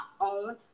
own